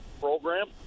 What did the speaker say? program